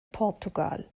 portugal